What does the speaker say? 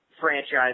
franchise